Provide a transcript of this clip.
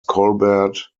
colbert